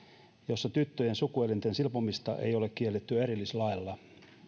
jossa tyttöjen sukuelinten silpomista ei ole kielletty erillislailla on